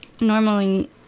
normally